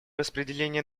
распределения